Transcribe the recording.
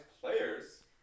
players